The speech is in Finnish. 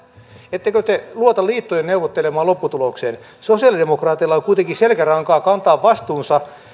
ettekö te luota liittojen neuvottelemaan lopputulokseen sosialidemokraateilla on kuitenkin selkärankaa kantaa vastuunsa